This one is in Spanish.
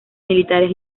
militares